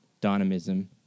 dynamism